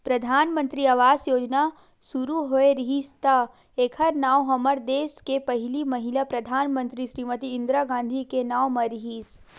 परधानमंतरी आवास योजना सुरू होए रिहिस त एखर नांव हमर देस के पहिली महिला परधानमंतरी श्रीमती इंदिरा गांधी के नांव म रिहिस